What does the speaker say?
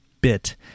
bit